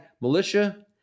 militia